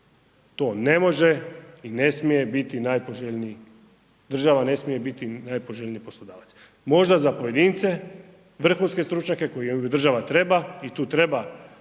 To ne može i ne smije biti najpoželjniji, država ne smije biti najpoželjniji poslodavac, možda za pojedince, vrhunske stručnjake koje država treba i tu treba